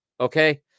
Okay